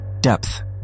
Depth